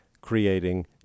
creating